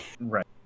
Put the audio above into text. Right